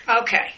Okay